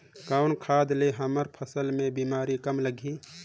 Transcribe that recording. कौन खाद ले हमर फसल मे बीमारी कम लगही?